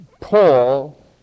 Paul